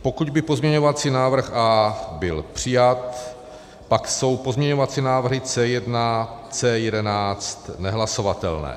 Pokud by pozměňovací návrh A byl přijat, pak jsou pozměňovací návrhy C1 a C11 nehlasovatelné.